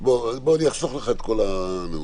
אני אחסוך לך את כל הנאום.